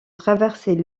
traverser